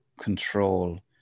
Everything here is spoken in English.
control